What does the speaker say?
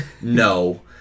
No